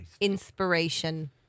inspiration